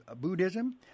Buddhism